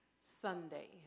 Sunday